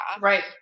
right